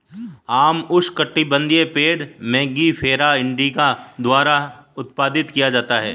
आम उष्णकटिबंधीय पेड़ मैंगिफेरा इंडिका द्वारा उत्पादित किया जाता है